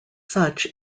such